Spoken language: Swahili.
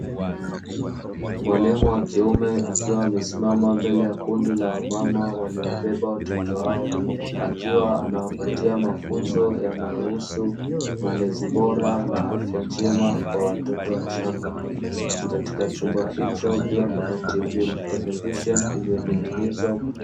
Mwalimu wa kiume akiwa amesimama mbele ya kundi la wamama waliobeba watoto wao, akiwa anawapatia mafunzo yanayohusu malezi bora na afya njema kwa watoto wachanga, katika chumba hicho pia kuna tv televisheni iliyonigezwa.